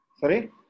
Sorry